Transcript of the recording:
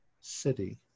city